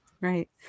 Right